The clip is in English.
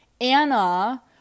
Anna